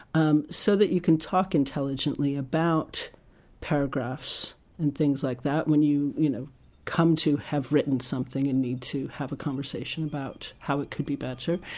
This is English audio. um so that you can talk intelligently about paragraphs and things like that when you you know come to have written something, and need to have a conversation about how it could be better.